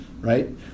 right